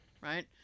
Right